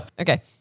okay